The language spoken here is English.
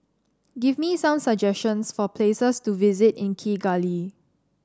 give me some suggestions for places to visit in Kigali